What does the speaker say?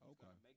Okay